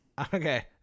Okay